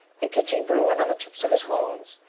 and, catching bruin on the tips of his horns,